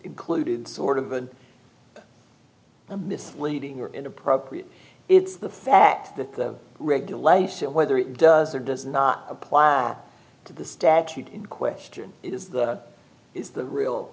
included sort of an a misleading or inappropriate it's the fact that the regulation whether it does or does not apply to the statute in question is is the real